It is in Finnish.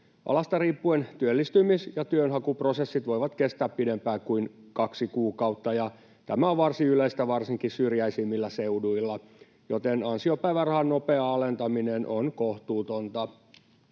Alasta riippuen työllistymis- ja työnhakuprosessit voivat kestää pidempään kuin kaksi kuukautta, ja tämä on varsin yleistä varsinkin syrjäisimmillä seuduilla, joten ansiopäivärahan nopea alentaminen on kohtuutonta.